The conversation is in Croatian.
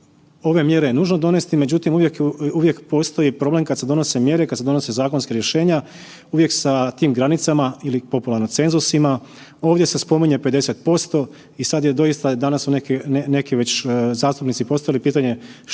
je mjere nužno donesti, međutim uvijek postoji problem kada se donose mjere, kada se donose zakonska rješenja uvijek sa tim granicama ili popularno cenzusima, ovdje se spominje 50% i danas su već neki zastupnici postavili pitanje kakva je